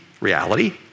reality